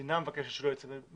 המדינה מבקשת שהוא לא יצא מהבית.